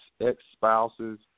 ex-spouses